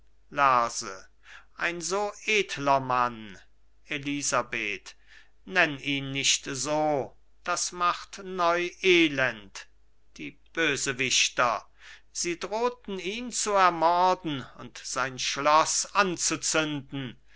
lerse ein so edler mann elisabeth nenn ihn nicht so das macht neu elend die bösewichter sie drohten ihn zu ermorden und sein schloß anzuzünden